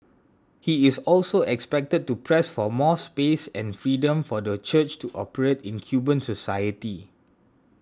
he is also expected to press for more space and freedom for the Church to operate in Cuban society